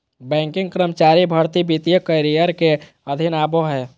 banking कर्मचारी भर्ती वित्तीय करियर के अधीन आबो हय